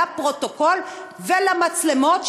לפרוטוקול ולמצלמות,